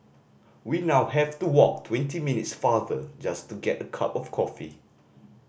we now have to walk twenty minutes farther just to get a cup of coffee